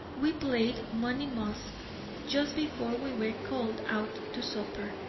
we played money musk just before we were called out to supper,